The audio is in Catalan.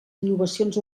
innovacions